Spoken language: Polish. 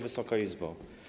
Wysoka Izbo!